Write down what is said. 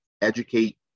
educate